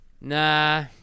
Nah